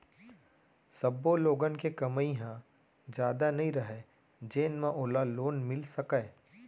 सब्बो लोगन के कमई ह जादा नइ रहय जेन म ओला लोन मिल सकय